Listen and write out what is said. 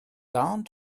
gone